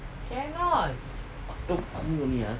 after army only ah